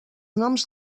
noms